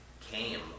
came